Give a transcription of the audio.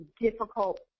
difficult